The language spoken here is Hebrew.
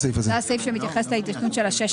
הצבעה הרוויזיה לא נתקבלה הרוויזיה לא התקבלה.